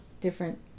different